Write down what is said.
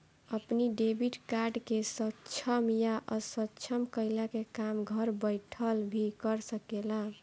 अपनी debit card के सक्षम या असक्षम कईला के काम घर बैठल भी कर सकेला